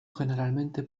generalmente